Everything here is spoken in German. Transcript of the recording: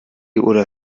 oder